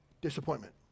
Disappointment